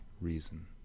reason